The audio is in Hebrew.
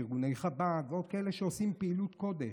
ארגוני חב"ד ועוד כאלה שעושים פעילות קודש,